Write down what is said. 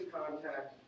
contact